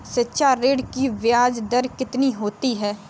शिक्षा ऋण की ब्याज दर कितनी होती है?